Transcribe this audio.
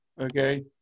Okay